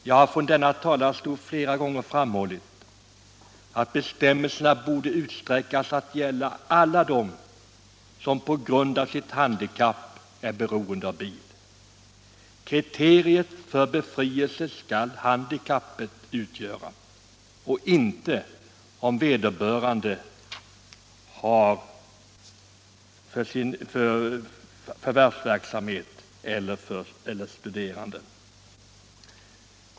Jag har från denna talarstol flera gånger framhållit att bestämmelserna borde utsträckas till att gälla alla dem som på grund av sitt handikapp är beroende av bil. Kriteriet för befrielse skall utgöras av handikappet och inte av om vederbörande bedriver förvärvsverksamhet eller är studerande.